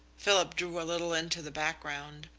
philip drew a little into the background.